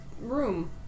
room